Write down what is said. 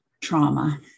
trauma